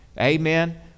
Amen